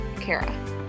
Kara